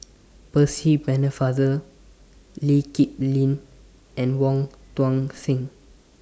Percy Pennefather Lee Kip Lin and Wong Tuang Seng